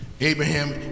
Abraham